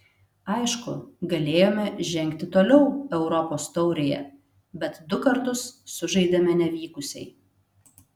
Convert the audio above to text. aišku galėjome žengti toliau europos taurėje bet du kartus sužaidėme nevykusiai